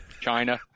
China